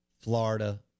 Florida